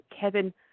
Kevin